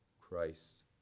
Christ